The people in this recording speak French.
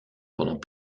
pendant